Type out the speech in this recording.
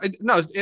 No